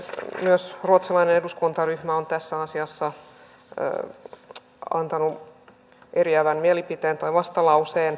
myös ruotsalainen eduskuntaryhmä on tässä asiassa antanut eriävän mielipiteen tai vastalauseen